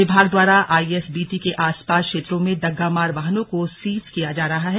विभाग द्वारा आईएसबीटी के आसपास क्षेत्रों में डग्गामार वाहनों को सीज किया जा रहा है